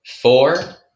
Four